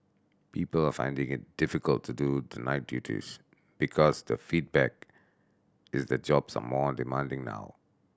people are finding it difficult to do the night duties because the feedback is that jobs are more demanding now